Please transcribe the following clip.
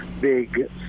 big